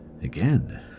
again